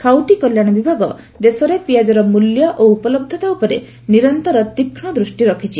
ଖାଉଟି କଲ୍ୟାଣ ବିଭାଗ ଦେଶରେ ପିଆଜର ମୂଲ୍ୟ ଓ ଉପଲହ୍ଧତା ଉପରେ ନିରନ୍ତର ତୀକ୍ଷ୍ମ ଦୃଷ୍ଟି ରଖିଛି